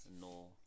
No